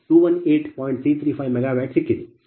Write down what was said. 335 MW ಸಿಕ್ಕಿತು